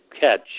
catch